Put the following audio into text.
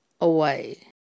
away